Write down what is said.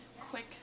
quick